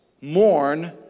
mourn